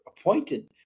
appointed